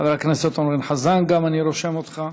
חבר הכנסת אורן חזן, אני רושם גם אותך.